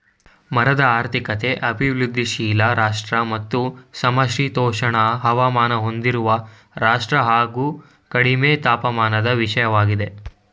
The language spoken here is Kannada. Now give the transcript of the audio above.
ಮರದ ಆರ್ಥಿಕತೆ ಅಭಿವೃದ್ಧಿಶೀಲ ರಾಷ್ಟ್ರ ಮತ್ತು ಸಮಶೀತೋಷ್ಣ ಹವಾಮಾನ ಹೊಂದಿರುವ ರಾಷ್ಟ್ರ ಹಾಗು ಕಡಿಮೆ ತಾಪಮಾನದ ವಿಷಯವಾಗಿದೆ